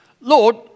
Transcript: Lord